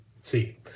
see